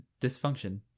dysfunction